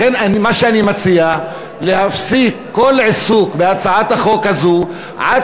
לכן מה שאני מציע הוא להפסיק כל עיסוק בהצעת החוק הזו עד